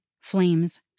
Flames